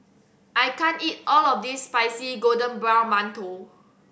I can't eat all of this crispy golden brown mantou